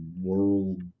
world